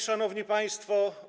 Szanowni Państwo!